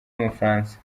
w’umufaransa